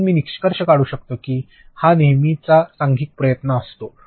म्हणून मी निष्कर्ष काढू शकतो की हा नेहमीच सांघिक प्रयत्न असतो